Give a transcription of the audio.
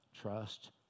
trust